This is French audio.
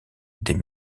des